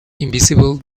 invisible